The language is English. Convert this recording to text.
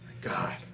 god